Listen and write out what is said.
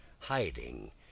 hiding